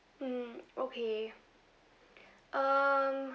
mm okay um